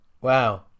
Wow